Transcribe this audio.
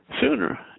Sooner